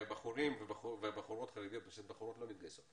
בחורים ובחורות שמתגייסות אני חושב שבחורות חרדיות לא מתגייסות?